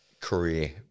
career